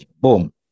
Boom